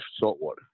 saltwater